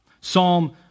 Psalm